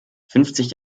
fünfzig